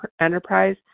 enterprise